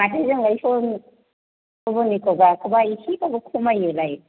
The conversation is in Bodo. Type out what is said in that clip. माथो जोंलाय सम गुबुननिफ्राय गाखोबा एसेबाबो खमायोलाय